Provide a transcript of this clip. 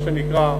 מה שנקרא.